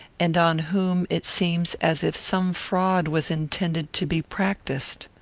and on whom it seems as if some fraud was intended to be practised?